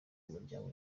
umuryango